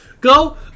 Go